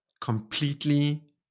completely